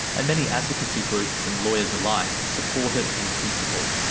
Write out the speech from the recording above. and many advocacy groups and lawyers alike support it in principle.